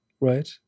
right